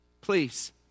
please